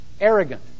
arrogant